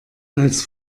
als